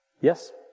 Yes